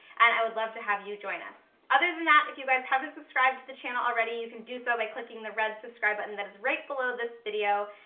and i would love to have you join us. other than that, if you guys haven't subscribed to the channel already, you can do so by clicking the red subscribe button that is right below this video.